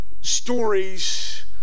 stories